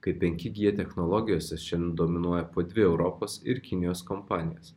kaip penki g technologijose šiandien dominuoja po dvi europos ir kinijos kompanijas